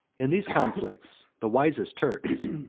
in these conflicts, the wisest turks,